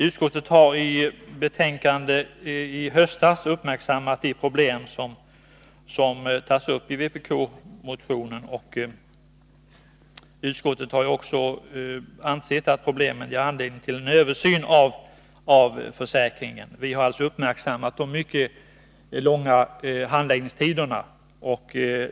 Utskottet har i ett betänkande i höstas uppmärksammat de problem som tas upp i vpk-motionen, och utskottet har också ansett att problemen ger anledning till en översyn av försäkringen. Vi har alltså uppmärksammat de mycket långa handläggningstiderna.